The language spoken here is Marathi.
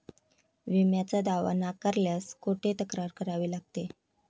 विम्याचा दावा नाकारल्यास कुठे तक्रार करावी लागते?